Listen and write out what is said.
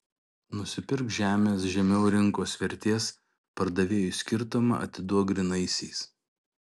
nusipirk žemės žemiau rinkos vertės pardavėjui skirtumą atiduok grynaisiais